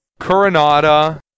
Coronada